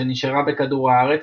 שנשארה בכדור הארץ,